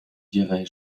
dirai